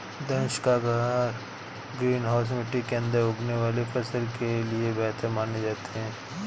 धनुषाकार greenhouse मिट्टी के अंदर उगने वाले फसल के लिए बेहतर माने जाते हैं